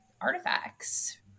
artifacts